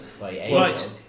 Right